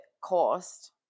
cost